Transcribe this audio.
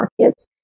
markets